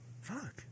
Fuck